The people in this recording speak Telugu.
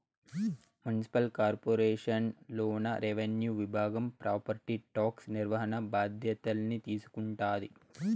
మున్సిపల్ కార్పొరేషన్ లోన రెవెన్యూ విభాగం ప్రాపర్టీ టాక్స్ నిర్వహణ బాధ్యతల్ని తీసుకుంటాది